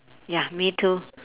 ya me too